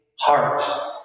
heart